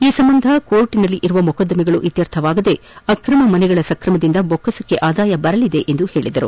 ಈ ಸಂಬಂಧ ನ್ಯಾಯಾಲಯಗಳಲ್ಲಿರುವ ಮೊಕದ್ದಮೆಗಳು ಇತ್ಕರ್ಥವಾಗದೆ ಆಕ್ರಮ ಮನೆಗಳ ಸ್ತ್ರಮದಿಂದ ಬೊಕ್ಕಸಕ್ಕೆ ಆದಾಯ ಬರಲಿದೆ ಎಂದು ಹೇಳಿದರು